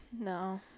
No